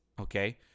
okay